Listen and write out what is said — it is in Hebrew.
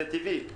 זה טבעי,